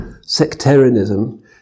sectarianism